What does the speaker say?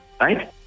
right